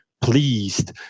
pleased